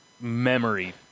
memory